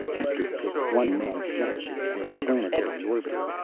hector picked one-man scoutships, in planetary orbits.